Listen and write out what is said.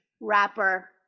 rapper